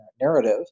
narrative